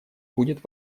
будет